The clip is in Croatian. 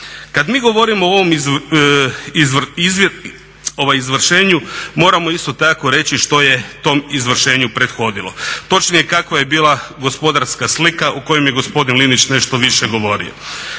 Kada mi govorimo o ovom izvršenju moramo isto tako reći što je tom izvršenju prethodilo, točnije kakva je bila gospodarska slika o kojoj je gospodin Linić nešto više govorio.